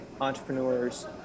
entrepreneurs